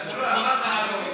אתה רואה, אמרת "ערבים"